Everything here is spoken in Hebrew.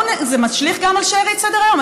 זה משליך גם על שארית סדר-היום.